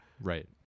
Right